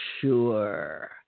sure